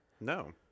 No